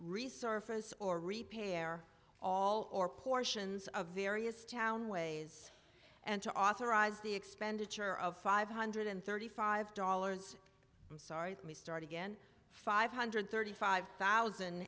resurface or repay air all or portions of various town ways and to authorize the expenditure of five hundred thirty five dollars i'm sorry me start again five hundred thirty five thousand